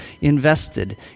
invested